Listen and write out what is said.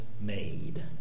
made